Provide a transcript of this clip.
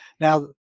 Now